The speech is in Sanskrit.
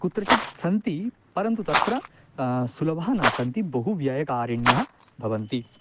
कुत्रचित् सन्ति परन्तु तत्र सुलभः न सन्ति बहु व्ययकारिण्यः भवन्ति